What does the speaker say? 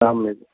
سلام علیکم